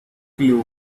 clue